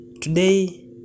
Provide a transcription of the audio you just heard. today